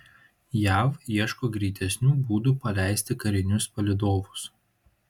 jav ieško greitesnių būdų paleisti karinius palydovus